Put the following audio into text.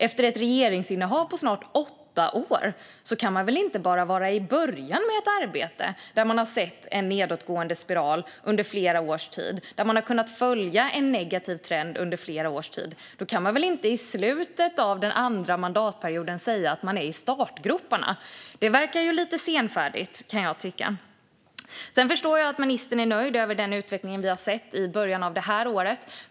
Efter ett regeringsinnehav på snart åtta år kan man väl inte vara bara i början av ett arbete, när man har sett en nedåtgående spiral och har kunnat följa en negativ trend under flera års tid? Man kan väl inte i slutet av den andra mandatperioden säga att man är i startgroparna? Det verkar lite senfärdigt, kan jag tycka. Jag förstår att ministern är nöjd med den utveckling vi har sett i början av det här året.